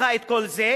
הפכה את כל זה.